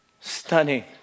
Stunning